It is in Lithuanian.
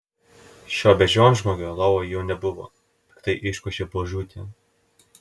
šito beždžionžmogio lovoje jau nebuvo piktai iškošė buožiūtė